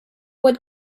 what